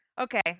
Okay